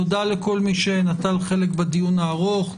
תודה לכל מי שנטל חלק בדיון הארוך.